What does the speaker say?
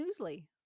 Newsly